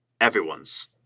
everyone's